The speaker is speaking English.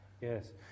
Yes